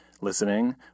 listening